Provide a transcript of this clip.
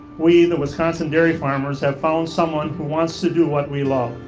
we, the wisconsin dairy farmers, have found someone who wants to do what we love.